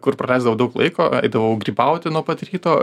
kur praleisdavau daug laiko eidavau grybauti nuo pat ryto